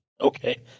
Okay